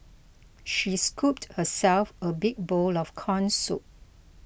she scooped herself a big bowl of Corn Soup